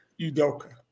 Udoka